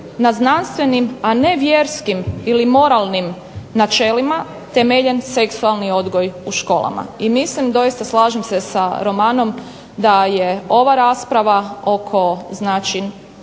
na znanstvenim a ne vjerskim ili moralnim načelima temeljen seksualni odgoj u školama. I mislim, doista slažem se sa Romanom da je ova rasprava oko, znači